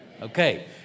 Okay